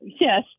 Yes